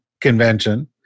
convention